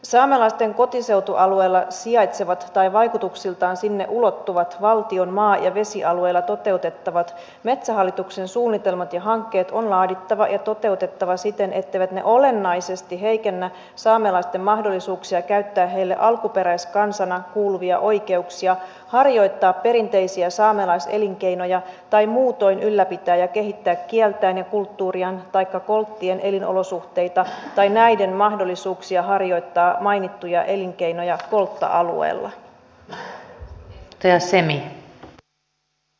saamelaisten kotiseutualueella sijaitsevat tai vaikutuksiltaan sinne ulottuvat valtion maa ja vesialueilla toteutettavat metsähallituksen suunnitelmat ja hankkeet on laadittava ja toteutettava siten etteivät ne olennaisesti heikennä saamelaisten mahdollisuuksia käyttää heille alkuperäiskansana kuuluvia oikeuksia harjoittaa perinteisiä saamelaiselinkeinoja tai muutoin ylläpitää ja kehittää kieltään ja kulttuuriaan taikka kolttien elinolosuhteita tai näiden mahdollisuuksia harjoittaa mainittuja elinkeinoja koltta alueella